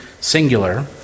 singular